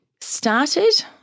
started